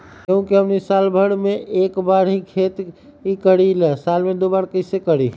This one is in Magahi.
गेंहू के हमनी साल भर मे एक बार ही खेती करीला साल में दो बार कैसे करी?